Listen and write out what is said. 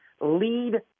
lead